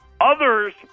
Others